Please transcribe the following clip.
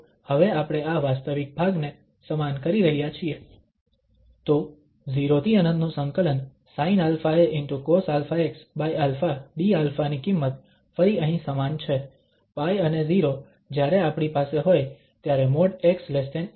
તો હવે આપણે આ વાસ્તવિક ભાગને સમાન કરી રહ્યા છીએ તો 0∫∞ sinαa cosαxα dα ની કિંમત ફરી અહીં સમાન છે π અને 0 જ્યારે આપણી પાસે હોય ત્યારે |x|a અને |x|a